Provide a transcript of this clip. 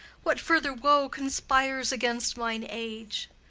what further woe conspires against mine age?